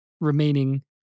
remaining